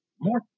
more